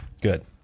Good